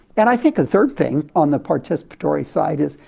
and i think the third thing on the participatory side is,